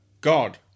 God